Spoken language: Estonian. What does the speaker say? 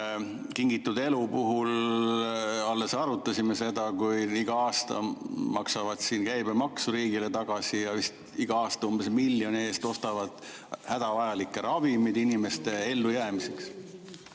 Kingitud Elu puhul alles arutasime seda, kui palju nad iga aasta maksavad käibemaksu riigile tagasi ja vist iga aasta umbes miljoni eest ostavad hädavajalikke ravimeid inimeste ellujäämiseks.